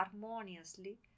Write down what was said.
harmoniously